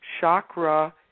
chakra